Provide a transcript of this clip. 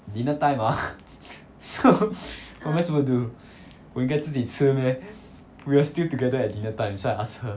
dinner time ah so what am I supposed to do we get 自己吃 meh we are still together at dinner time so I ask her